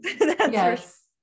Yes